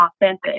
authentic